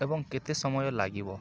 ଏବଂ କେତେ ସମୟ ଲାଗିବ